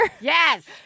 Yes